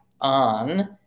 on